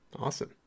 Awesome